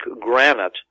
granite